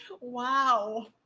wow